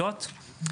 הדיג.